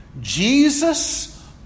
Jesus